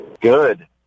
Good